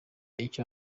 icyo